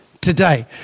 today